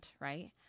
right